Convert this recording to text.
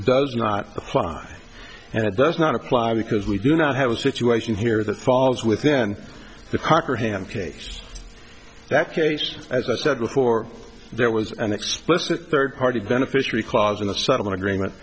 does not apply and it does not apply because we do not have a situation here that falls within the park or ham case that case as i said before there was an explicit third party beneficiary clause in the settlement agreement